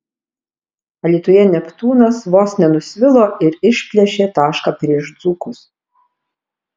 alytuje neptūnas vos nenusvilo ir išplėšė tašką prieš dzūkus